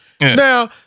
Now